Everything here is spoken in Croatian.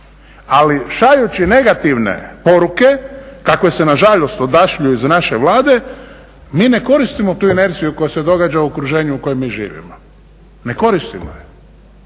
Ali šaljući negativne poruke kakve se nažalost odašilju iz naše Vlade, mi ne koristimo tu inerciju koja se događa u okruženju u kojem mi živimo. Ne koristimo je.